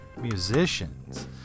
musicians